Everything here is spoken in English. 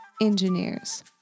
engineers